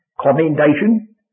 commendation